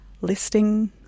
listing